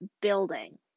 building